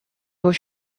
was